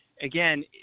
Again